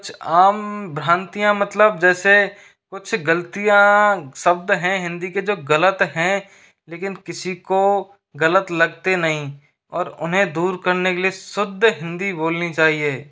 कुछ आम भ्रांतियाँ मतलब जैसे कुछ गलतियाँ शब्द हैं हिंदी के जो ग़लत हैं लेकिन किसी को ग़लत लगते नहीं और उन्हें दूर करने के लिए शुद्ध हिंदी बोलनी चाहिए